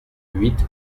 huit